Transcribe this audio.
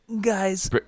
Guys